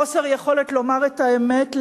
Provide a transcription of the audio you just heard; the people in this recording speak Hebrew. חוסר יכולת לומר את האמת,